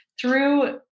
through-